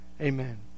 Amen